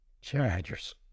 Chargers